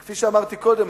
כפי שאמרתי קודם,